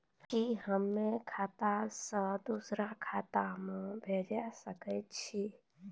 कि होम आप खाता सं दूसर खाता मे भेज सकै छी?